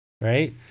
Right